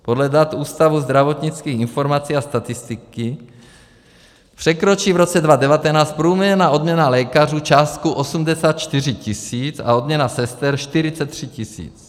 Podle dat Ústavu zdravotnických informací a statistiky překročí v roce 2019 průměrná odměna lékařů částku 84 tisíc a odměna sester 43 tisíc.